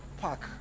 park